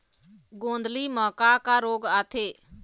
गोंदली म का का रोग आथे?